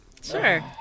Sure